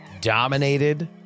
dominated